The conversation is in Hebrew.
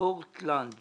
פורטלנד